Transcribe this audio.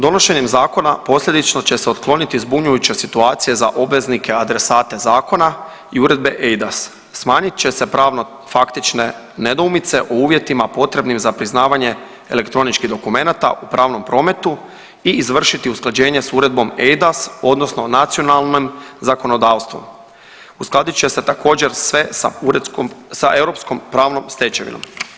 Donošenjem zakona posljedično će se otkloniti zbunjujuća situacija za obveznike adresata zakona i uredbe eIDAS, smanjit će se pravno faktične nedoumice o uvjetima potrebnim za priznavanje elektroničkih dokumenata u pravnom prometu i izvršiti usklađenje s uredbom eIDAS odnosno nacionalnom zakonodavstvu, uskladit će se također sve sa europskom pravnom stečevinom.